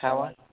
ଢ଼ାବାରେ